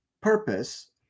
purpose